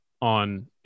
on